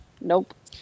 Nope